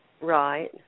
Right